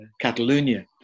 Catalonia